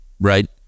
right